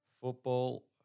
Football